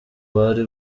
bari